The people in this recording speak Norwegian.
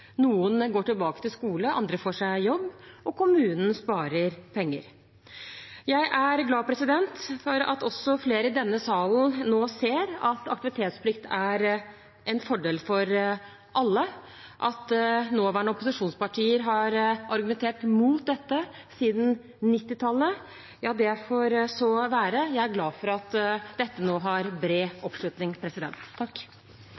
noen går tilbake til skole, andre får seg jobb – og kommunene sparer penger. Jeg er glad for at flere i denne salen nå ser at aktivitetsplikt er en fordel for alle. At nåværende opposisjonspartier har argumentert mot dette siden 1990-tallet, får så være, jeg er glad for at dette nå har bred